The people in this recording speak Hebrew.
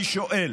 אני שואל